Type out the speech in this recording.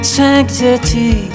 sanctity